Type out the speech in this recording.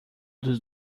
dos